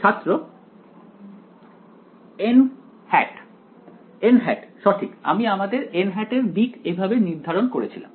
ছাত্র সঠিক আমি আমাদের এর দিক এভাবে নির্ধারণ করেছিলাম